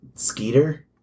Skeeter